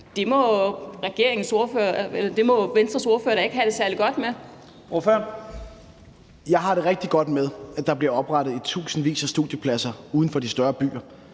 Lahn Jensen): Ordføreren. Kl. 10:54 Morten Dahlin (V): Jeg har det rigtig godt med, at der bliver oprettet i tusindvis af studiepladser uden for de større byer,